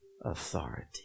authority